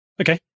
Okay